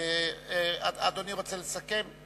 אדוני רוצה לסכם?